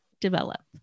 develop